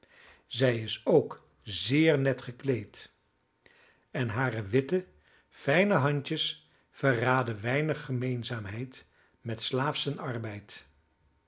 zij is ook zeer net gekleed en hare witte fijne handjes verraden weinig gemeenzaamheid met slaafschen arbeid